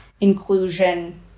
inclusion